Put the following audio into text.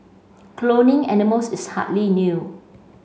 cloning animals is hardly new